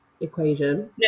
equation